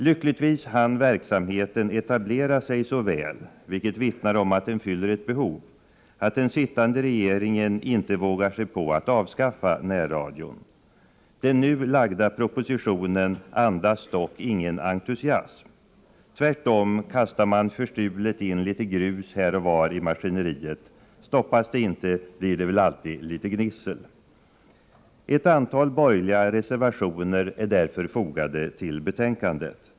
Lyckligtvis hann versamheten etablera sig så väl — vilket vittnar om att den fyller ett behov — att den sittande regeringen inte vågar sig på att avskaffa närradion. Den nu framlagda propositionen andas dock ingen entusiasm. Tvärtom kastar man förstulet in litet grus här och var i maskineriet. Stoppas det inte blir det väl alltid litet gnissel. Ett antal borgerliga reservationer är därför fogade till betänkandet.